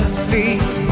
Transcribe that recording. speak